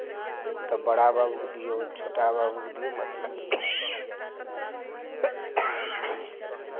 तब बड़ा बाबूकेँ दियौ छोटा बाबूकेँ दियौ मतलब